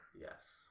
Yes